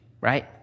right